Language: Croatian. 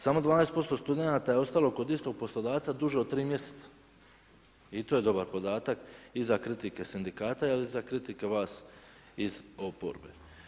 Samo 12% studenata je ostalo kod istog poslodavca duže od tri mjeseca, i to je dobar podatak i za kritike sindikata ili za kritike vas iz oporbe.